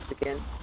again